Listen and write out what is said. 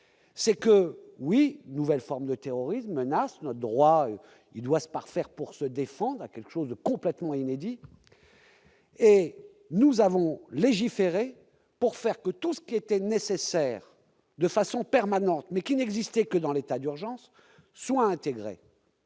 c'est que oui, nouvelle forme de terrorisme menace notre droit, il doit se parfaire, pour se défendre, a quelque chose de complètement inédit. Et nous avons légiféré pour faire que tout ce qui était nécessaire, de façon permanente, mais qui n'existait que dans l'état d'urgence soient intégrés.